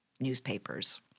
newspapers